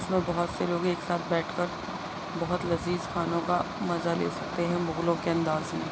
اس میں بہت سے لوگ ایک ساتھ بیٹھ کر بہت لذیذ کھانوں کا مزہ لے سکتے ہیں مغلوں کے انداز میں